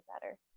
better